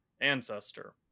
ancestor